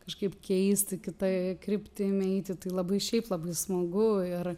kažkaip keisti kita kryptim eiti tai labai šiaip labai smagu ir